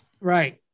right